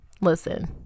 listen